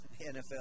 NFL